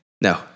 No